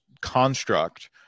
construct